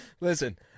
Listen